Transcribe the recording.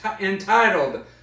entitled